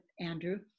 Andrew